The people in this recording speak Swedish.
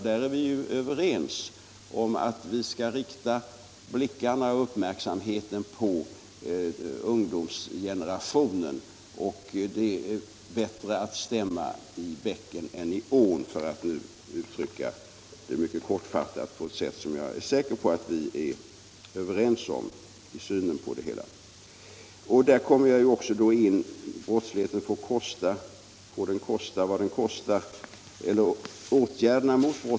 Vi är ju överens om att vi skall rikta uppmärksamheten på ungdomsgenerationen — det är bättre att stämma i bäcken än i ån, för att nu uttrycka det mycket kortfattat. Jag är säker på att vi är ense i den synen. Här kommer jag in på frågan, om åtgärderna mot brottsligheten får kosta vad de kostar.